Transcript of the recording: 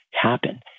happen